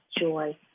joy